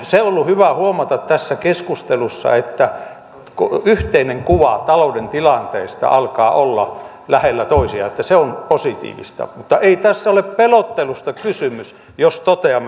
se on ollut hyvä huomata tässä keskustelussa että yhteinen kuva talouden tilanteesta alkaa muodostua kuvat olla lähellä toisiaan niin että se on positiivista mutta ei tässä ole pelottelusta kysymys jos toteamme tilanteen